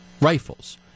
rifles